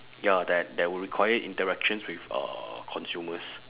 ya that that would require interaction with uh consumers